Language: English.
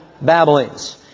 babblings